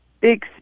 big